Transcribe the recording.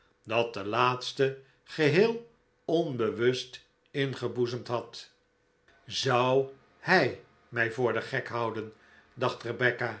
dat de laatste geheel onbewust ingeboezemd had zou hij mij voor den gek houden dacht